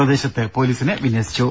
പ്രദേശത്ത് പോലീസിനെ വിന്യസിച്ചു